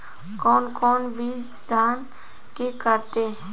कौन कौन बिज धान के बाटे?